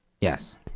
Yes